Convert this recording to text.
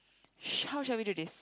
sh~ how shall we do this